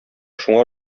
шуңа